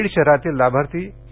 बीड शहरातील लाभार्थी के